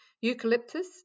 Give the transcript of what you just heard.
Eucalyptus